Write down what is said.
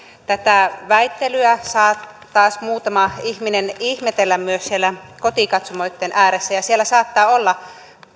tätä väittelyä saa taas muutama ihminen ihmetellä myös siellä kotikatsomoitten ääressä ja siellä saattaa olla